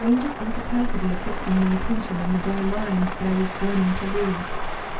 the strangest incapability of fixing my attention on the very lines that i was burning to read.